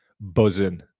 buzzing